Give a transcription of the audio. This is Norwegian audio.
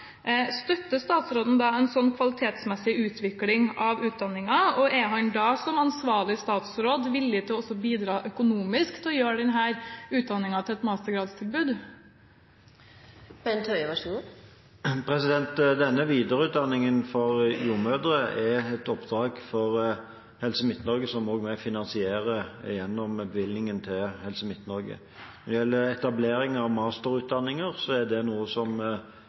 Støtter statsråden en slik kvalitetsmessig utvikling av utdanningen, og er han, som ansvarlig statsråd, villig til å bidra økonomisk til å gjøre denne utdanningen til et mastergradstilbud? Denne videreutdanningen for jordmødre er et oppdrag for Helse Midt-Norge som vi også finansierer gjennom bevilgningen til Helse Midt-Norge. Når det gjelder etablering av masterutdanninger, er det noe som